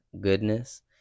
goodness